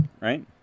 right